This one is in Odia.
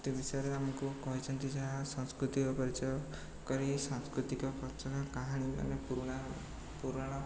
ମୁକ୍ତି ବିଷୟରେ ଆମକୁ କହିଛନ୍ତି ଯାହା ସାଂସ୍କୃତିକ ପରିଚୟ କରି ସାଂସ୍କୃତିକ ରଚନା କାହାଣୀମାନେ ପୁରୁଣା ପୁରାଣ